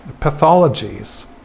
pathologies